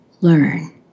learn